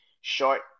short